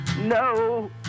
No